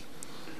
ברשותכם,